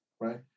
right